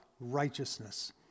righteousness